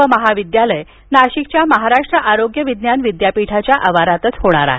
नवं महाविद्यालय नाशिकच्या महाराष्ट्र आरोग्य विज्ञान विद्यापीठाच्या आवारातच होणार आहे